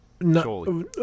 No